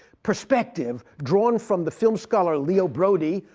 prospective drawn from the film scholar leo braudy,